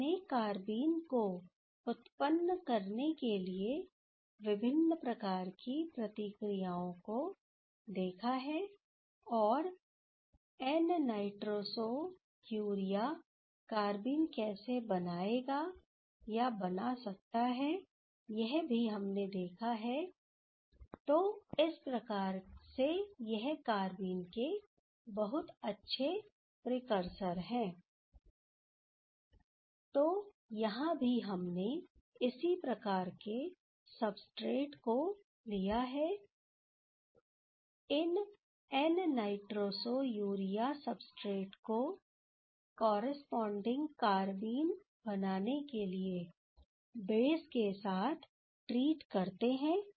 हमने कारबीन को उत्पन्न करने के लिए विभिन्न प्रकार की प्रक्रियाओं को देखा है और एन नाइट्रोसो यूरिया कारविन कैसे बनाएगा या बना सकता है यह भी हमने देखा है तो इस प्रकार से यह कारबीन के बहुत अच्छे प्रीकरसर है तो यहाँ भी हमने इसी प्रकार के सबस्ट्रेट्स को लिया है इन एन नाइट्रोसो यूरिया सब्सट्रेट को कॉरस्पॉडिंग कारबीन बनाने के लिए बेस के साथ ट्रीट करते हैं